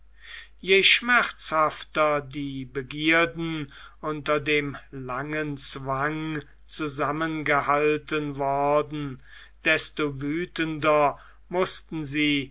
je schmerzhafter die begierden unter dem langen zwang zusammengehalten worden desto wüthender mußten sie